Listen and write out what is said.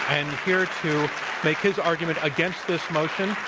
and here to make his argument against this motion,